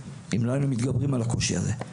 אם לא היינו מתגברים על הקושי הזה.